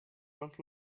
not